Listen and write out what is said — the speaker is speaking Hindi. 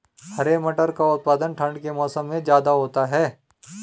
हरे मटर का उत्पादन ठंड के मौसम में ज्यादा होता है